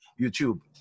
YouTube